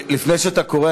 לפני שאתה קורא,